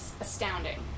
astounding